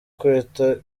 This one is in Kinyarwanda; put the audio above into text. kwita